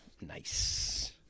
Nice